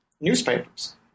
newspapers